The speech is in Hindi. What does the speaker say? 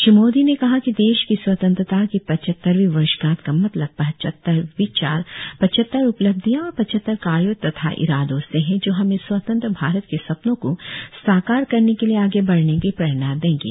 श्री मोदी ने कहा कि देश की स्वतंत्रता की पचहत्तरवीं वर्षगांठ का मतलब पचहत्तर विचार पचहत्तर उपलब्धियां और पचहत्तर कार्यों तथा इरादों से है जो हमें स्वतंत्र भारत के सपनों को साकार करने के लिए आगे बढने की प्रेरणा देंगे